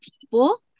people